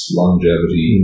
longevity